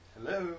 Hello